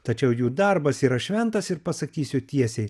tačiau jų darbas yra šventas ir pasakysiu tiesiai